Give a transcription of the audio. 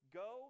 go